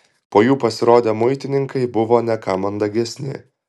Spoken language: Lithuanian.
po jų pasirodę muitininkai buvo ne ką mandagesni